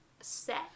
set